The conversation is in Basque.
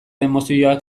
emozioak